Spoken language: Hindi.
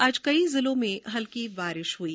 आज कई जिलों में हल्की बारिश भी हुई